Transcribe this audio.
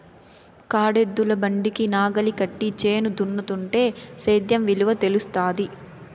కాడెద్దుల బండికి నాగలి కట్టి చేను దున్నుతుంటే సేద్యం విలువ తెలుస్తాది